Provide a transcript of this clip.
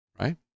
Right